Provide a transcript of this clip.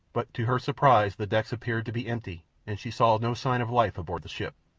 but to her surprise the decks appeared to be empty and she saw no sign of life aboard the ship.